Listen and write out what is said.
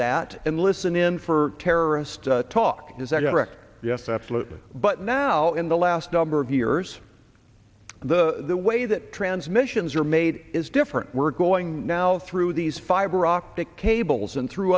that and listen in for terrorist talk is that correct yes absolutely but now in the last number of years the the way that transmissions are made is different we're going now through these fiber optic cables and through